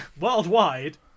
Worldwide